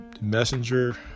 messenger